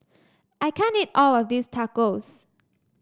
I can't eat all of this Tacos